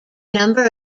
number